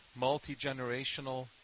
multi-generational